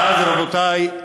ואז, רבותי,